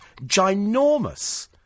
ginormous